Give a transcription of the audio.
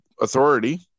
Authority